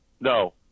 No